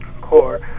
core